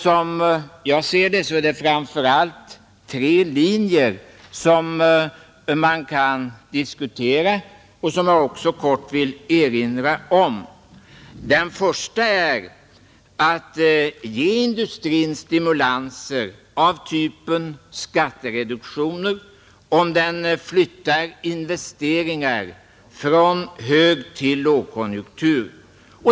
Som jag ser det är det framför allt tre linjer som man kan diskutera och som jag också kortfattat vill erinra om. Den första är att ge industrin stimulanser av typen skattereduktioner om den flyttar investeringar från högtill lågkonjunktur.